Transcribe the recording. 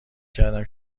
کردم